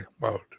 mode